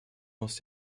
aus